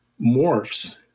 morphs